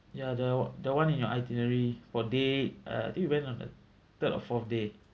ya the that [one] in your itinerary for day uh I think went on the third or fourth day